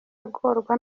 agorwa